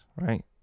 right